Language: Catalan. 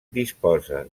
disposa